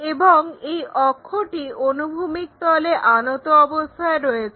এবং এই অক্ষটি অনুভূমিক তলে আনত অবস্থায় রয়েছে